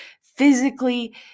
physically